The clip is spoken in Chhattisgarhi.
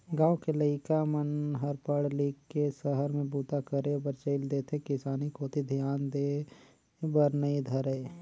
गाँव के लइका मन हर पढ़ लिख के सहर में बूता करे बर चइल देथे किसानी कोती धियान देय बर नइ धरय